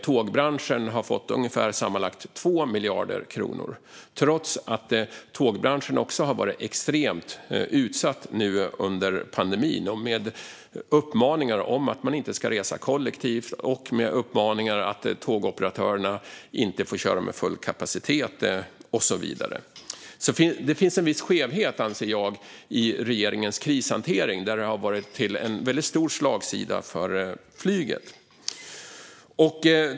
Tågbranschen har sammanlagt fått ungefär 2 miljarder kronor, trots att tågbranschen också har varit extremt utsatt under pandemin, med uppmaningar om att människor inte ska resa kollektivt, och trots att tågoperatörerna inte fått köra med full kapacitet. Det finns en viss skevhet, anser jag, i regeringens krishantering. Det har varit en väldigt stark slagsida åt flyget.